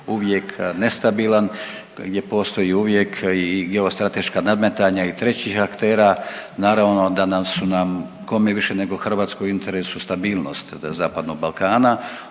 uvijek nestabilan, gdje postoji uvijek i geostrateška nadmetanja i trećih aktera, naravno da su nam, kom je više nego Hrvatskoj u interesu stabilnost Zapadnog Balkana.